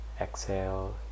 exhale